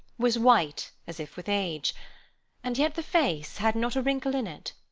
was white as if with age and yet the face had not a wrinkle in it,